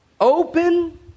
open